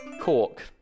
Cork